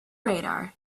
radar